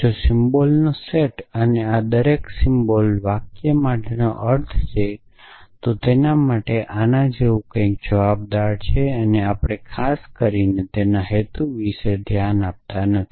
જો સિમ્બોલનો સેટ અને આ દરેક સિમ્બોલ વાક્ય માટેનો અર્થ છે તો તેના માટે આના જેવું કંઇક જવાબદાર છે અને આપણે ખાસ કરીને તેના હેતુ વિશે ખાસ ધ્યાન આપતા નથી